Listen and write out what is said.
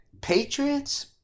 Patriots